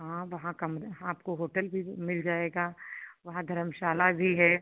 हाँ वहाँ कमरा आपको होटल भी मिल जाएगा वहाँ धर्मशाला भी है